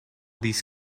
these